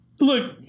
Look